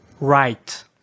right